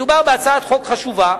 מדובר בהצעת חוק חשובה,